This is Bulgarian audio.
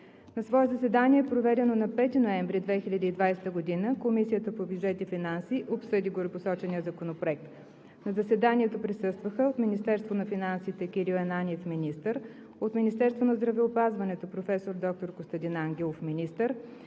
На свое заседание, проведено на 5 ноември 2020 г., Комисията по бюджет и финанси обсъди горепосочения законопроект. На заседанието присъстваха: от Министерството на финансите Кирил Ананиев – министър, от Министерството на здравеопазването – професор доктор Костадин Ангелов – министър,